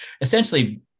essentially